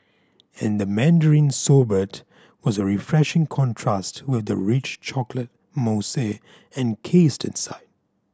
and the mandarin sorbet was a refreshing contrast with the rich chocolate mousse encased inside